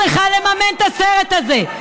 גבעת חלפון זה הסתה לגזענות.